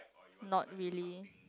not really